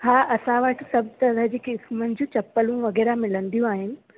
हा असां वटि सभु तरह जी क़िस्मनि जूं चपलूं वगैरा मिलंदियूं आहिनि